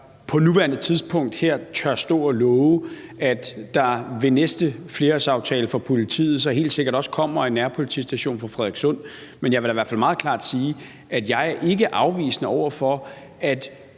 på nuværende tidspunkt her tør stå og love, at der ved næste flerårsaftale for politiet helt sikkert også kommer en nærpolitistation for Frederikssund, men jeg vil da i hvert fald meget klart sige, at jeg ikke er afvisende over for at